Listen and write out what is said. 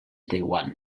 taiwan